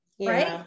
right